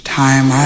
time